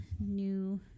new